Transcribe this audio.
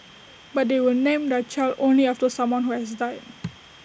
but they will name their child only after someone who has died